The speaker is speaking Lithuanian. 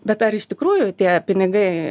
bet ar iš tikrųjų tie pinigai